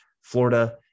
Florida